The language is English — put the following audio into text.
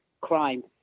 crime